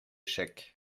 chèques